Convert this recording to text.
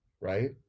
right